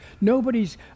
Nobody's